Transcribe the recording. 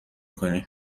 کنی